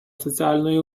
соціальної